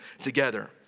together